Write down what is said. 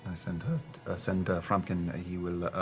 send send frumpkin. he will